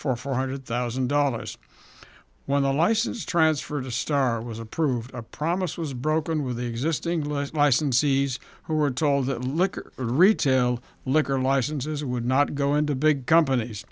for four hundred thousand dollars when the license transferred to starr was approved a promise was broken with existing glass licensees who were told that liquor retail liquor licenses would not go into big companies